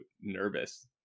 nervous